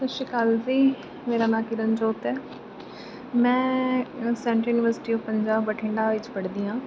ਸਤਿ ਸ਼੍ਰੀ ਅਕਾਲ ਜੀ ਮੇਰਾ ਨਾਂ ਕਿਰਨਜੋਤ ਹੈ ਮੈਂ central university of Punjab Bathinda ਵਿੱਚ ਪੜ੍ਹਦੀ ਹਾਂ